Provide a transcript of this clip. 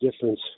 difference